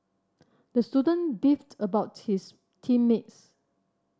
the student beefed about his team mates